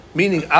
meaning